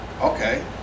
Okay